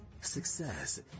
success